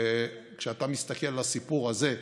וכשאתה מסתכל על הסיפור הזה,